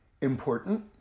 important